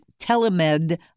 telemed